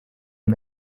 dem